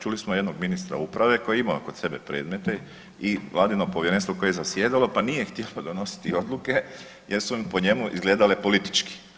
Čuli smo jednog ministra uprave koji je imao kod sebe predmete i Vladino Povjerenstvo koje je zasjedalo pa nije htio donositi odluke jer su im po njemu izgledale politički.